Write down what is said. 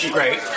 Great